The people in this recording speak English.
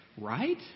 right